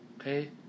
okay